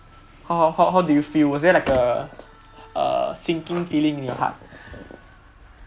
how how how do you feel was there like a sinking feeling in your heart